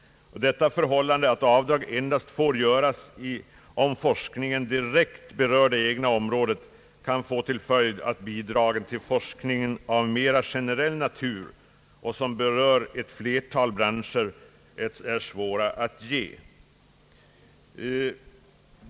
Detta förhållande kan få till följd att bidrag till forskning av mera generell natur, som berör ett flertal branscher, är svåra att ge.